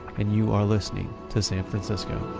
and you are listening to san francisco